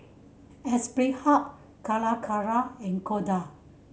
Aspire Hub Calacara and Kodak